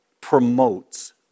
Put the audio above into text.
promotes